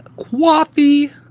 coffee